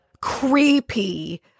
creepy